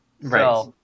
Right